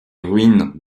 ruines